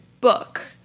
book